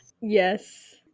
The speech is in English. Yes